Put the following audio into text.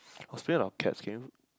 I was playing a lot of cats game